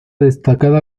destacada